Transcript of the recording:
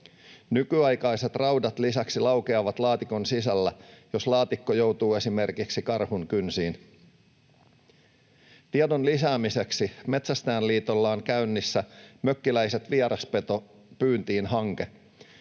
Nykyaikaiset raudat lisäksi laukeavat laatikon sisällä, jos laatikko joutuu esimerkiksi karhun kynsiin. Tiedon lisäämiseksi Metsästäjäliitolla on käynnissä Mökkiläiset vieraspetopyyntiin ‑hanke,